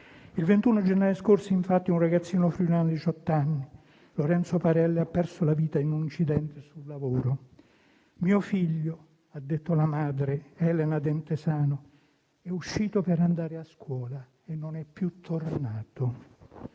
Il 21 gennaio scorso, infatti, un ragazzino friulano di diciotto anni, Lorenzo Parelli, ha perso la vita in un incidente sul lavoro. Mio figlio - ha detto la madre, Elena Dentesano - è uscito per andare a scuola e non è più tornato.